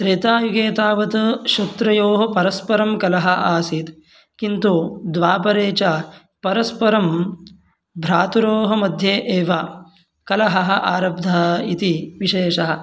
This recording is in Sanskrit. त्रेतायुगे तावत् शत्र्वोः परस्परं कलः आसीत् किन्तु द्वापरे च परस्परं भ्रात्रोः मध्ये एव कलहः आरब्धः इति विशेषः